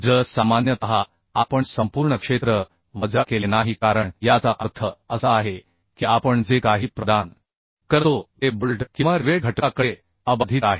जर सामान्यतः आपण संपूर्ण क्षेत्र वजा केले नाही कारण याचा अर्थ असा आहे की आपण जे काही प्रदान करतो ते बोल्ट किंवा रिवेट घटकाकडे अबाधित आहे